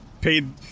paid